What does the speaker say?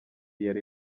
yari